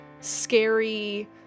scary